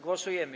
Głosujemy.